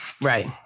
Right